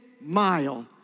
mile